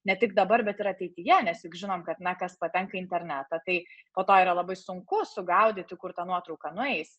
ne tik dabar bet ir ateityje nes juk žinom kad na kas patenka internetą tai po to yra labai sunku sugaudyti kur ta nuotrauka nueis